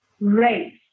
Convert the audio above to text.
race